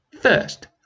First